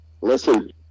listen